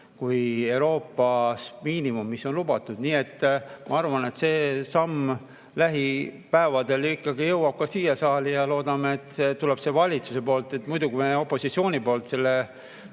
kui Euroopas miinimum, mis on lubatud. Nii et ma arvan, et see samm lähipäevadel ikkagi jõuab ka siia saali. Ja loodame, et tuleb see valitsuse poolt. Muidu, kui me opositsiooni poolt selle